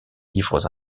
livres